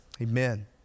amen